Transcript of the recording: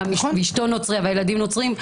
אישתו נוצרייה והילדים נוצרים,